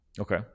Okay